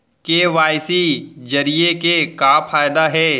KYC जरिए के का फायदा हे?